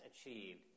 achieved